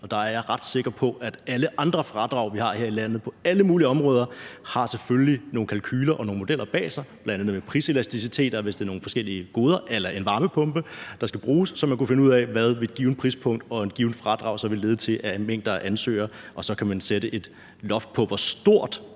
Der er jeg ret sikker på, at der bag alle andre fradrag, vi har her i landet på alle mulige områder, selvfølgelig ligger nogle kalkuler og nogle modeller, bl.a. med hensyn til priselasticitet, eller hvis der er nogle forskellige goder eller en varmepumpe, der skal bruges, så man kan finde ud af, hvad et givent prispunkt og et givent fradrag så vil lede til af mængde af ansøgere, og så kan man ud fra det sætte et loft på, hvor stort